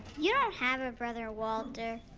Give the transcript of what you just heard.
you don't have a brother walter.